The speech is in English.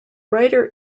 writer